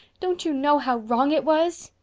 don't you know how wrong it was?